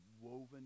woven